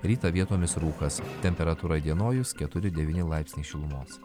rytą vietomis rūkas temperatūra įdienojus keturi devyni laipsniai šilumos